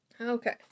Okay